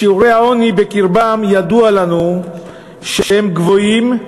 שיעורי העוני בקרבן, ידוע לנו שהם גבוהים,